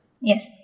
yes